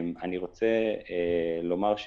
אני רוצה לומר,